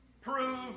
prove